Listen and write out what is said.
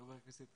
חבר הכנסת